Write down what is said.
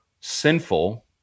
sinful